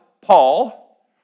Paul